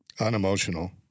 Unemotional